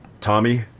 tommy